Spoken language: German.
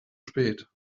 spät